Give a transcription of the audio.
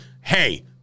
hey